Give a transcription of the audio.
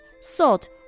salt